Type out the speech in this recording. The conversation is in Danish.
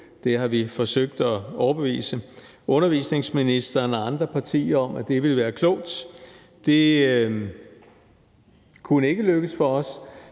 det har vi forsøgt at overbevise undervisningsministeren og de andre partier om ville være klogt. Det kunne ikke lykkes for os,